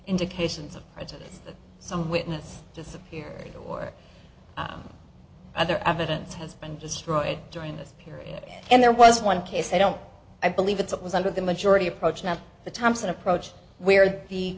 indications of prejudice that some witness disappeared or other evidence has been destroyed during this period and there was one case i don't i believe it's what was under the majority approach not the thompson approach where the